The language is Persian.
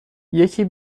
یکی